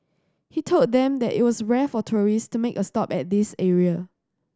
he told them that it was rare for tourists to make a stop at this area